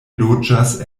loĝas